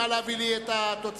נא להביא לי את התוצאות.